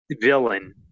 Villain